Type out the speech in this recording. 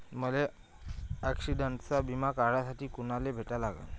मले ॲक्सिडंटचा बिमा काढासाठी कुनाले भेटा लागन?